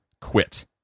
quit